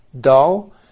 dull